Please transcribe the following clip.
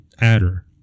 adder